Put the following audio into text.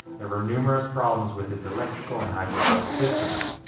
there were numerous problems with its electrical and hydraulic systems.